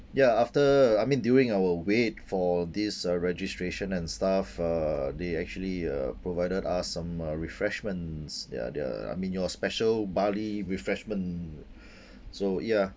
ya after I mean during our wait for this uh registration and stuff uh they actually uh provided us some uh refreshments their their I mean your special bali refreshment so ya